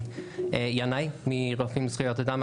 אני ינאי מרופאים לזכויות אדם,